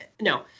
no